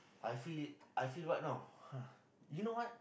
I feel I feel what know you know what